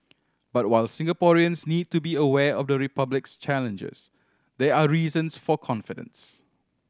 but while Singaporeans need to be aware of the Republic's challenges there are reasons for confidence